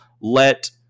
let